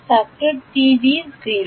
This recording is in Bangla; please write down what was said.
ছাত্র